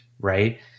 Right